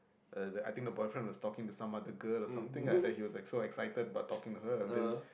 uh the I think the boyfriend was talking to some other girl or something lah then he was like so excited but talking to her and then